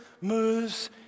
moves